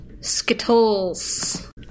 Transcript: Skittles